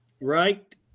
right